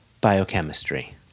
Biochemistry